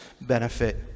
benefit